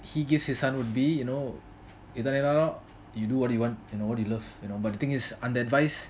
he gives his son would be you know ithulalam:ithulalam you do what you want you know what you love you know but the thing is under advice